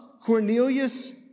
Cornelius